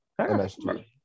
MSG